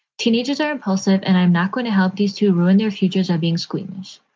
teenagers are impulsive and i'm not going to help these to ruin their futures are being squeamish.